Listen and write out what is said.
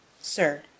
Sir